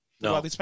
No